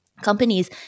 companies